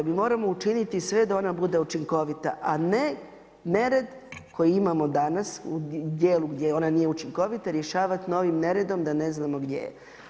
Mi moramo učiniti sve da ona bude učinkovita a ne nered koji imamo danas gdje ona nije učinkovita rješavati novim neredom da ne znamo gdje je.